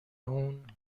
اون